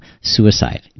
suicide